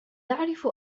يعرف